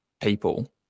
people